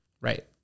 right